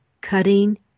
cutting